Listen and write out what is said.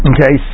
Okay